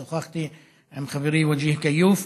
שוחחתי עם חברי וג'יה כיוף.